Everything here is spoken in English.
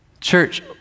Church